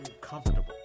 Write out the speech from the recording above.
comfortable